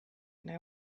know